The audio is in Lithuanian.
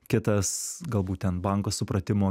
kitas galbūt ten banko supratimo